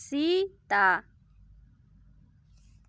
ᱥᱤᱼᱛᱟ